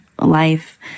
life